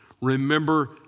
Remember